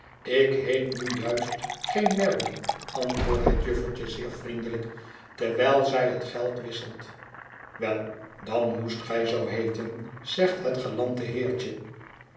ik heet nu juist geen mary antwoordt het juffertje zeer vriendelyk terwijl zij het geld wisselt wei dan moest gij zoo heeten zegt het galante heertje